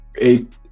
eight